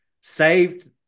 saved